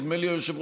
נדמה לי היושב-ראש,